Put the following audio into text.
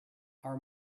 our